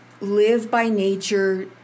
live-by-nature